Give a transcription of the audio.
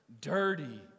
dirty